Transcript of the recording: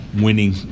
winning